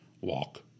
walk